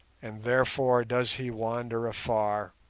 and, therefore, does he wander afar,